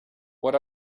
what